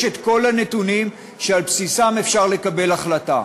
יש את כל הנתונים שעל בסיסם אפשר לקבל החלטה,